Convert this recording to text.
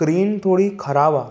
screen थोरी ख़राबु आहे